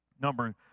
Number